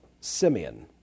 Simeon